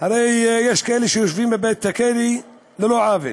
הרי יש כאלה שיושבים בבית הכלא ללא עוול.